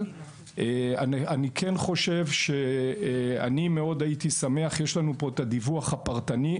יש לנו פה את הדיווח הפרטני,